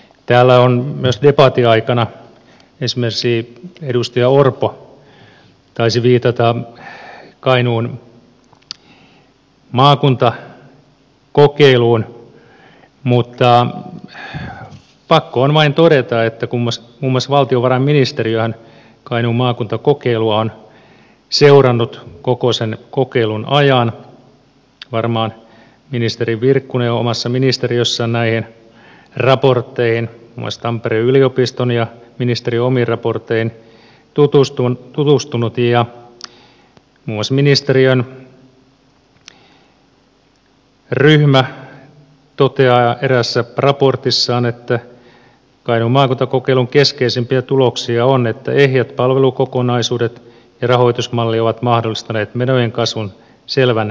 täällä debatin aikana esimerkiksi edustaja orpo taisi viitata kainuun maakuntakokeiluun mutta pakko on vain todeta että kun muun muassa valtiovarainministeriöhän kainuun maakuntakokeilua on seurannut koko sen kokeilun ajan varmaan ministeri virkkunen on omassa ministeriössään näihin raportteihin muun muassa tampereen yliopiston ja ministeriön omiin raportteihin tutustunut muun muassa ministeriön ryhmä toteaa eräässä raportissaan että kainuun maakuntakokeilun keskeisimpiä tuloksia on että ehjät palvelukokonaisuudet ja rahoitusmalli ovat mahdollistaneet menojen kasvun selvän pienentämisen